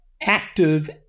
active